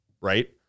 right